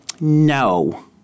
no